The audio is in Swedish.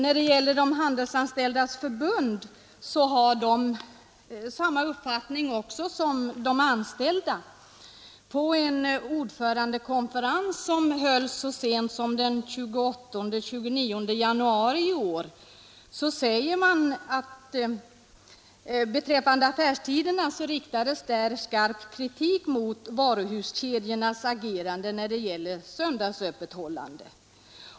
Att Handelsanställdas förbund har samma uppfattning framgår av att det på en ordförandekonferens som hölls så sent som den 28—29 januari i år riktades skarp kritik mot varuhuskedjornas agerande när det gäller söndagsöppethållande.